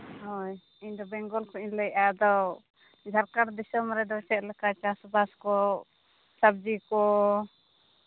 ᱦᱳᱭ ᱤᱧᱫᱚ ᱵᱮᱝᱜᱚᱞ ᱠᱷᱚᱱ ᱤᱧ ᱞᱟᱹᱭ ᱮᱫᱟ ᱟᱫᱚ ᱠᱷᱟᱲᱠᱷᱚᱱᱰ ᱫᱤᱥᱚᱢ ᱨᱮᱫᱚ ᱪᱮᱫ ᱞᱮᱠᱟ ᱪᱟᱥᱼᱵᱟᱥ ᱠᱚ ᱥᱚᱵᱽᱡᱤ ᱠᱚ